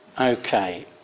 Okay